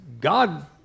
God